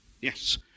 Yes